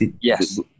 Yes